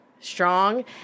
strong